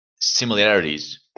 similarities